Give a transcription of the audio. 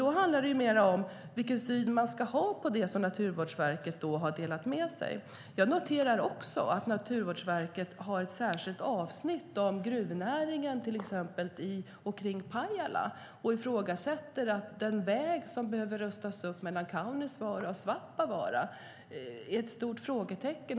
Det handlar alltså om vilken syn man ska ha på det som Naturvårdsverket har skrivit. Jag noterar att Naturvårdsverket har ett särskilt avsnitt om gruvnäringen i och omkring Pajala och ifrågasätter om vägen mellan Kaunisvaara och Svappavaara behöver rustas upp. Det är ett stort frågetecken.